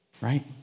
right